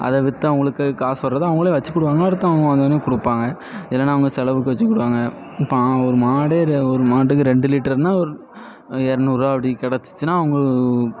அதை விற்று அவங்களுக்கு காசு வர்றத அவங்களே வச்சிக்கிடுவாங்க அடுத்து அவங்க வந்தவொன்னே கொடுப்பாங்க எதுன்னா அவங்க செலவுக்கு வச்சிக்கிடுவாங்க இப்போ ஆ ஒரு மாடே ரெ ஒரு மாட்டுக்கு ரெண்டு லிட்டர்னா ஒரு எரநூறுபா அப்படி கிடச்சிச்சினா அவங்களு